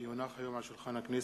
כי הונחו היום על שולחן הכנסת,